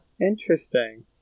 Interesting